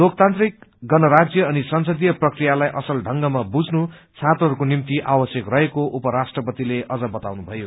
लोकतान्त्रिक गणराज्य अनि संसदीय प्रक्रियालाई असल ढ़ंगमा बुझ्न छात्रहरूको निम्ति आवश्यक रहेको उपराष्ट्रपतिले अझ बताउनु भयो